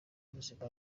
ubuzima